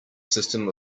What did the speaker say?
system